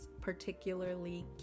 particularly